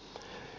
rkp